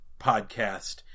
podcast